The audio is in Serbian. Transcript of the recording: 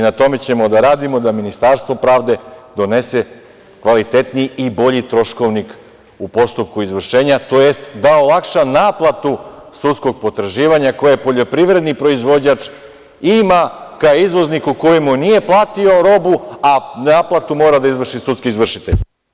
Na tome ćemo da radimo da Ministarstvo pravde donese kvalitetniji i bolji troškovnik u postupku izvršenja, tj. da olakša naplatu sudskog potraživanja koje poljoprivredni proizvođač ima ka izvozniku koji mu nije platio robu, a naplatu mora da izvrši sudski izvršitelj.